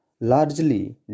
largely